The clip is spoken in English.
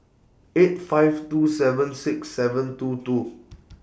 eight five two seven six seven two two